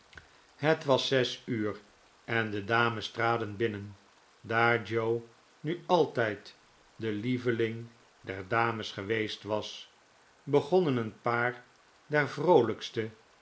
het was zes uur en de dames traden binnen daar joe nu altijd de lieveling der dames geweest was begonnen een paar der vroolijkste